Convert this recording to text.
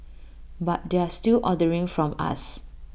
but they're still ordering from us